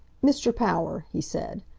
mr. power, he said,